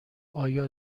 آیا